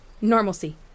Normalcy